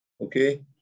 Okay